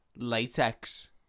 Latex